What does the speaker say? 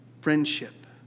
friendship